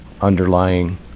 underlying